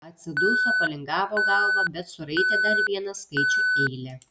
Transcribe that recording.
atsiduso palingavo galvą bet suraitė dar vieną skaičių eilę